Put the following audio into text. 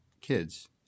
kids